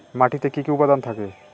মাটিতে কি কি উপাদান থাকে?